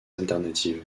alternatives